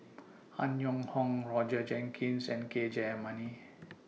Han Yong Hong Roger Jenkins and K Jayamani